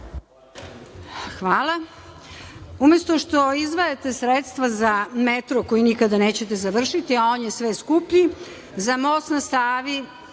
Pašić** Umesto što izdvajate sredstva za metro koji nikada nećete završiti a on je sve skuplji, za Most na Savi